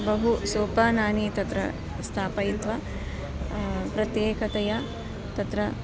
बहूनि सोपानानि तत्र स्थापयित्वा प्रत्येकतया तत्र